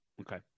okay